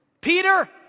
Peter